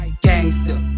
Gangster